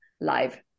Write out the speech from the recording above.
live